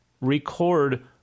record